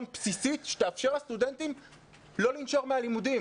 בסיסית שתאפשר לסטודנטים לא לנשור מהלימודים.